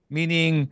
Meaning